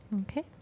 Okay